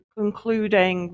concluding